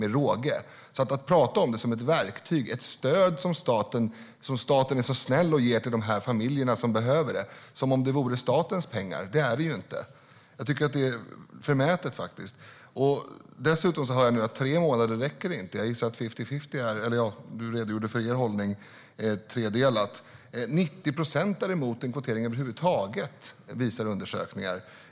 Du, Rickard Persson, talar om det som ett verktyg och ett stöd som staten är snäll och ger till de familjer som behöver det - som om det vore statens pengar, men det är det inte. Det är förmätet. Jag hör dessutom att tre månader inte räcker. Du redogjorde för er hållning, som är en tredelad föräldraförsäkring. 90 procent är emot kvotering över huvud taget, visar undersökningar.